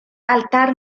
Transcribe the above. altar